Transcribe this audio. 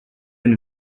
been